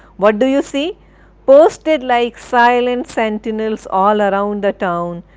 what do you see but oposted like silent sentinels all around the town,